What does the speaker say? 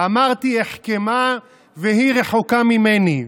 "אמרתי אחכמה והיא רחוקה ממני".